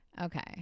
Okay